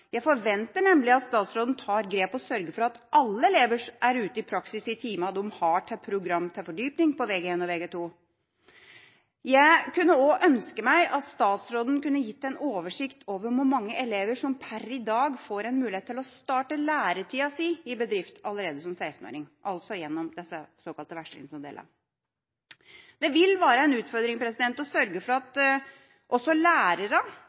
Jeg forventer nemlig at statsråden tar grep og sørger for at alle elever er ute i praksis i timene de har til program til fordypning på Vg1 og Vg2. Jeg kunne også ønske meg at statsråden kunne gitt en oversikt over hvor mange elever som per i dag får mulighet til å starte læretida si i bedrift allerede som 16-åringer, altså gjennom de såkalte vekslingsmodellene. Det vil være en utfordring å sørge for at også